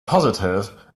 positive